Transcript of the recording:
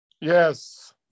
Yes